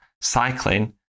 cycling